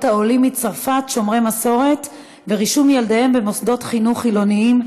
העולים מצרפת שומרי מסורת ורישום ילדיהם במוסדות חינוך חילוניים,